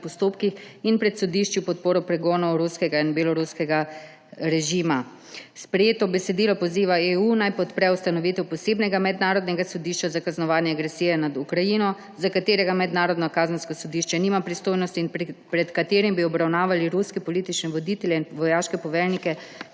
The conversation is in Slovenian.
in pred sodišči v podporo pregonu ruskega in beloruskega režima. Sprejeto besedilo poziva EU, naj podpre ustanovitev posebnega mednarodnega sodišča za kaznovanje agresije nad Ukrajino, za katerega Mednarodno kazensko sodišče nima pristojnosti in pred katerim bi obravnavali ruske politične voditelje in vojaške poveljnike